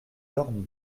dormir